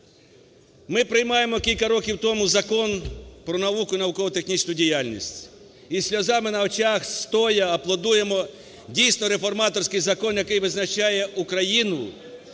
Ми приймаємо кілька років тому Закон "Про наукову і науково-технічну діяльність", і з сльозами на очах, стоячи, аплодуємо, дійсно, реформаторський закон, який визначає Україну